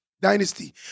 Dynasty